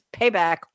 payback